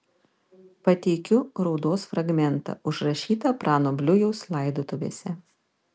pateikiu raudos fragmentą užrašytą prano bliujaus laidotuvėse